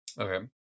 Okay